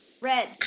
Red